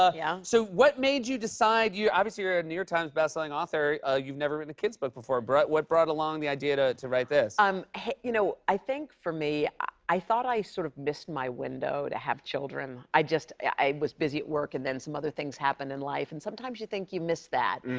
ah yeah. so what made you decide obviously, you're a new york times best-selling author. you've never written a kids book before. what brought along the idea to to write this? i um you know i think, for me, i thought i sort of missed my window to have children. i just i was busy at work, and then some other things happened in life, and sometimes you think you missed that.